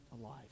alive